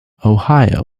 ohio